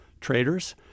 traders